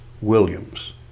Williams